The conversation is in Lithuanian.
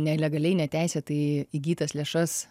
nelegaliai neteisėtai įgytas lėšas